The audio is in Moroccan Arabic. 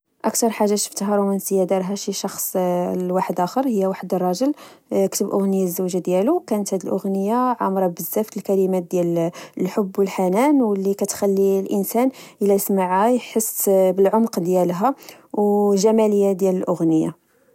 كثر حاجه شفتها رومانسيه دارها شي شخص واحد اخر هي واحد الراجل كتب اغنيه للزوجه دياله كانت الاغنيه عامرة بزاف د الكلمات ديال الحب والحنان واللي كتخلي الانسان الى سمعها يحس بالعمق ديالها وجماليه الاغنيه